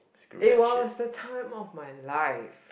it was the time of my life